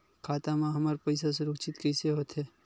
खाता मा हमर पईसा सुरक्षित कइसे हो थे?